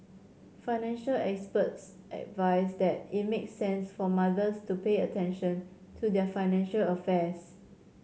financial experts advise that it makes sense for mothers to pay attention to their financial affairs